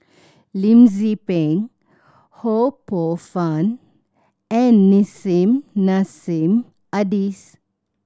Lim Tze Peng Ho Poh Fun and Nissim Nassim Adis